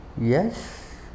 Yes